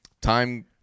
Time